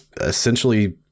essentially